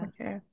Okay